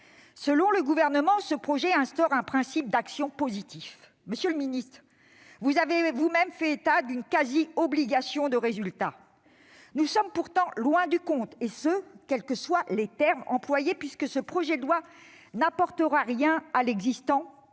Selon le Gouvernement, ce projet de loi instaure un principe d'action positif. Monsieur le garde des sceaux, vous avez vous-même fait état d'une « quasi-obligation de résultat ». Nous sommes pourtant loin du compte, et ce quels que soient les termes employés, car ce projet de loi n'apportera rien à l'existant